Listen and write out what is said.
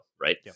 right